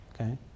Okay